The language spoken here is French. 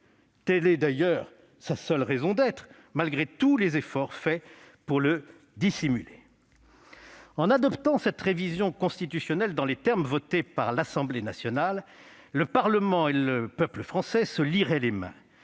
Telle est d'ailleurs sa seule raison d'être, malgré tous les efforts réalisés pour le dissimuler. En adoptant cette révision constitutionnelle dans les termes votés par l'Assemblée nationale, le Parlement et le peuple français se lieraient les mains.